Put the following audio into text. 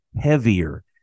heavier